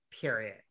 Period